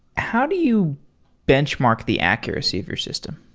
how do you benchmark the accuracy of your system?